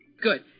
Good